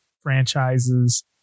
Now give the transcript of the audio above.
franchises